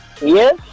Yes